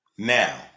Now